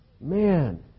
Man